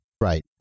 right